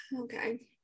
Okay